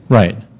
right